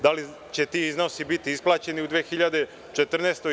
Da li će ti iznosi biti isplaćeni u 2014. godini?